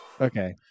Okay